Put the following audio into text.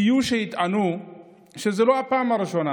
יהיו שיטענו שזו לא הפעם הראשונה